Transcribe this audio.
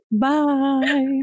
Bye